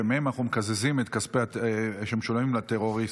ומהם אנחנו מקזזים את הכספים שמשולמים לטרוריסטים,